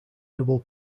double